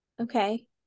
Okay